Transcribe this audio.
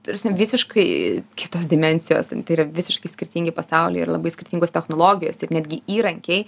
tarsi visiškai kitos dimensijos ten yra visiškai skirtingi pasauliai ir labai skirtingos technologijos ir netgi įrankiai